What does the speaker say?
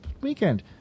weekend